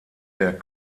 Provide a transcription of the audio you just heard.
der